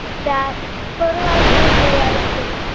that fertilizer is made out of poop.